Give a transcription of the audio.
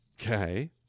Okay